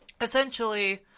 essentially